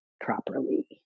properly